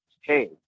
Hey